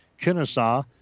Kennesaw